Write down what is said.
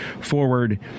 forward